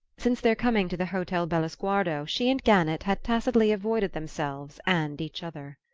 since their coming to the hotel bellosguardo she and gannett had tacitly avoided themselves and each other.